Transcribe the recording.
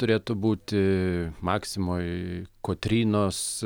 turėtų būti maksimoj kotrynos